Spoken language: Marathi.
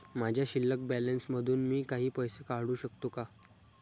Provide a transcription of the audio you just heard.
माझ्या शिल्लक बॅलन्स मधून मी काही पैसे काढू शकतो का?